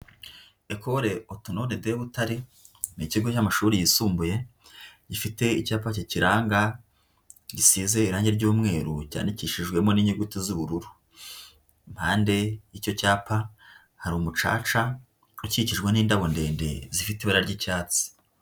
Ecole Autonome de Butare ni ikigo cy'amashuri yisumbuye, gifite icyapa kikiranga gisize irangi ry'umweru cyandikishijwemo n'inyuguti z'ubururu. Impande y'icyo cyapa hari umucaca ukikijwe n'indabo ndende zifite ibara ry'icyatsi.